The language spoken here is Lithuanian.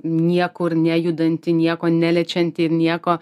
niekur nejudantį nieko neliečiantį ir nieko